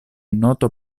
noto